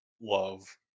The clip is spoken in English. love